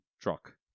Truck